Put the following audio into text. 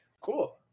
Cool